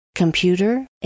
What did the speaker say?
Computer